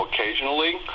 occasionally